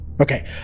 Okay